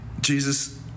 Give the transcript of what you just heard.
Jesus